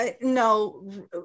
no